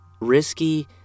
risky